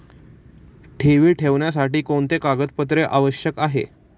ठेवी ठेवण्यासाठी कोणते कागदपत्रे आवश्यक आहे?